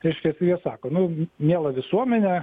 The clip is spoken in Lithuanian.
reiškia jie sako nu miela visuomene